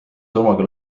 surmaga